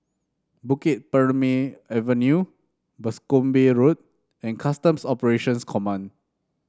Bukit Purmei Avenue Boscombe Road and Customs Operations Command